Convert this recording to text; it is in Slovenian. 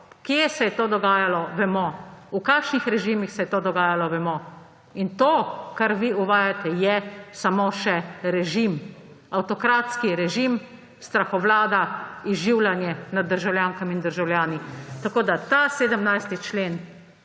Kje se je to dogajalo, vemo. V kakšnih režimih se je to dogajalo, vemo. To, kar vi uvajate, je samo še režim, avtokratski režim, strahovlada, izživljanje nad državljankami in državljani. Ta 17. člen